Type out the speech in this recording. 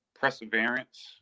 perseverance